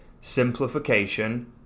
simplification